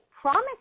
promise